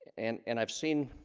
and and i've seen